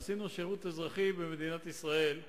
עשינו שירות אזרחי במדינת ישראל,